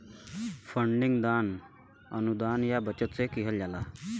funding दान, अनुदान या बचत से किहल जाला